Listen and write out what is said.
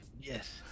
Yes